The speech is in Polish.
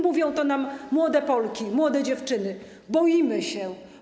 Mówią to nam młode Polki, młode dziewczyny: Boimy się.